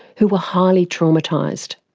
who were highly traumatised.